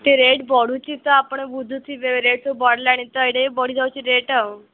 ଟିକେ ରେଟ୍ ବଢ଼ୁଛି ତ ଆପଣ ବୁଝୁଥିବେ ରେଟ୍ ସବୁ ବଢ଼ିଲାଣି ତ ଏଇଟା ବି ବଢ଼ିଯାଉଛି ରେଟ୍ ଆଉ